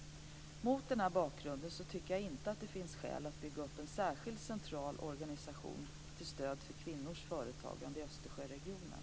Mot denna bakgrund tycker jag inte att det finns skäl att bygga upp en särskild central organisation till stöd för kvinnors företagande i Östersjöregionen.